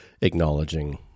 acknowledging